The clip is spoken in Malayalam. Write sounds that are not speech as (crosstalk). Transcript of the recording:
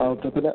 ആ ഓക്കെ (unintelligible)